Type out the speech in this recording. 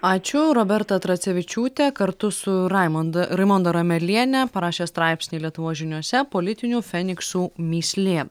ačiū roberta tracevičiūtė kartu su raimunda raimonda rameliene parašė straipsnį lietuvos žiniose politinių feniksų mįslė